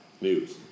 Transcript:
news